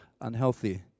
unhealthy